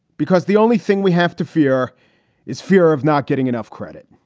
because the only thing we have to fear is fear of not getting enough credit.